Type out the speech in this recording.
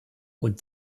und